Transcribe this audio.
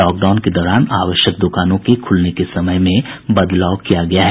lockdown के दौरान आवश्यक द्वकानों के खुलने के समय में बदलाव किया गया है